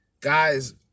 guys